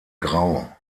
grau